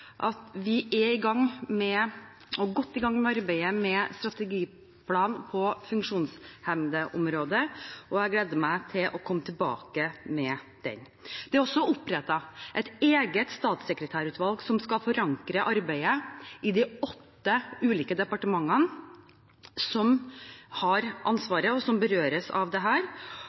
at vi er godt i gang med arbeidet med en strategiplan på funksjonshemningsområdet, og jeg gleder meg til å komme tilbake med den. Det er også opprettet et eget statssekretærutvalg som skal forankre arbeidet i de åtte ulike departementene som har ansvaret, og som berøres av